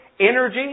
energy